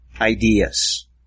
ideas